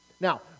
now